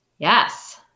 Yes